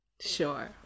Sure